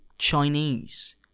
chinese